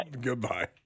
Goodbye